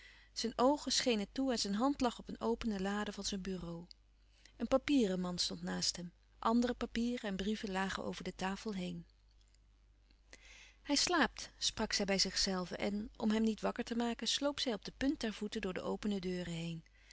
zijn oogen schenen toe en zijn hand lag op een opene lade van zijn bureau een papierenmand stond naast hem andere papieren en brieven lagen over de tafel heen louis couperus van oude menschen de dingen die voorbij gaan hij slaapt sprak zij bij zichzelve en om hem niet wakker te maken sloop zij op de punt der voeten door de opene deuren heen